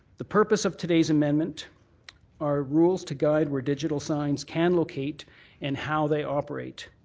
the purpose of today's amendment are rules to guide where digital signs can locate and how they operate.